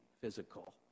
physical